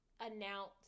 announce